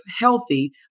healthy